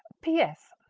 p s.